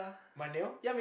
my nail